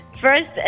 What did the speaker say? First